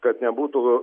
kad nebūtų